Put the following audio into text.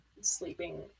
sleeping